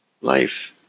Life